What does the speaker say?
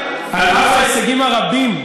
על אף ההישגים הרבים,